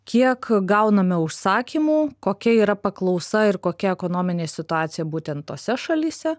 kiek gauname užsakymų kokia yra paklausa ir kokia ekonominė situacija būtent tose šalyse